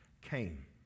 came